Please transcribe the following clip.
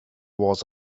was